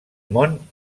món